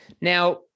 Now